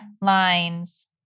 lines